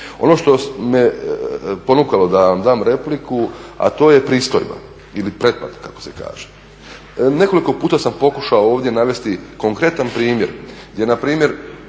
Ono što me ponukalo da vam dam repliku, a to je pristojba ili pretplata kako se kaže. Nekoliko puta sam pokušao ovdje navesti konkretan primjer gdje na primjer